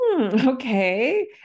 okay